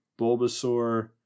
Bulbasaur